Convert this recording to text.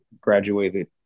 graduated